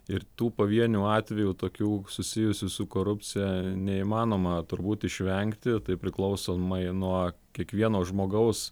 ir tų pavienių atvejų tokių susijusių su korupcija neįmanoma turbūt išvengti tai priklausomai nuo kiekvieno žmogaus